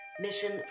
Mission